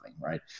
right